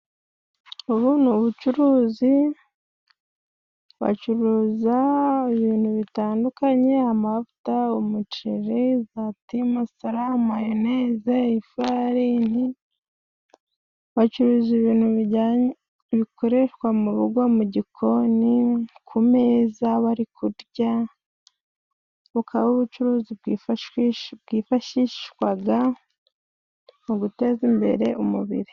Ubu ni ubucuruzi, bacuruza ibintu bitandukanye : amavuta, umuceri, za ti masara, mayoneze, ifarini. Bacuruza ibintu bikoreshwa mu rugo, mu gikoni, ku meza bari kurya, bukaba ubucuruzi bwifashishwaga mu guteza imbere umubiri.